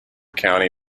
county